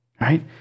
Right